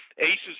ACES